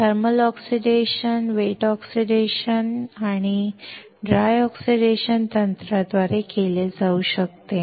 thermal oxidation wet oxidation तंत्र आणि oxidation तंत्राद्वारे केले जाऊ शकते